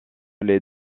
les